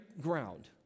ground